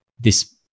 this-